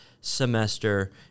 semester